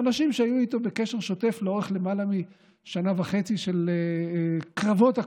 אנשים שהיו איתו בקשר שוטף לאורך למעלה משנה וחצי של קרבות הקורונה,